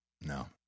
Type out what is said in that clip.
no